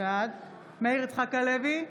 בעד מאיר יצחק הלוי,